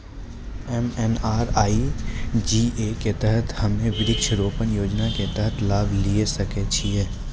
MNREGA के तहत हम्मय वृक्ष रोपण योजना के तहत लाभ लिये सकय छियै?